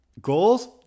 goals